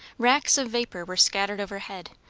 racks of vapour were scattered overhead,